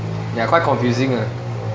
ya quite confusing ah